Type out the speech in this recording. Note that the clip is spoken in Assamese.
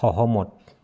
সহমত